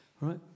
Right